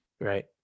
Right